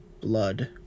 blood